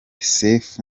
sefu